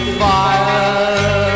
fire